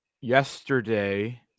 yesterday